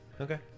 Okay